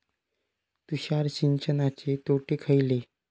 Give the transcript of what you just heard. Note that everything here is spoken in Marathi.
तुषार सिंचनाचे तोटे खयले?